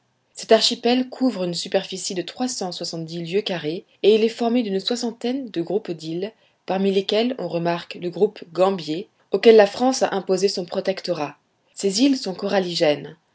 cet archipel couvre une superficie de trois cent soixante-dix lieues carrées et il est formé d'une soixantaine de groupes d'îles parmi lesquels on remarque le groupe gambier auquel la france a imposé son protectorat ces îles sont